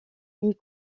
une